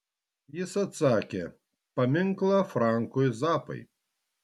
jis atsakė paminklą frankui zappai